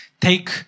take